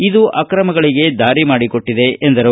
ಇದು ಆಕ್ರಮಗಳಗೆ ದಾರಿ ಮಾಡಿ ಕೊಟ್ಟಿದೆ ಎಂದರು